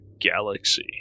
galaxy